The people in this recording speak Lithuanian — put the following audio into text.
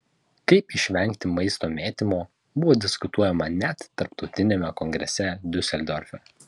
kaip išvengti maisto mėtymo buvo diskutuojama net tarptautiniame kongrese diuseldorfe